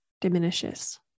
diminishes